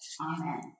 Amen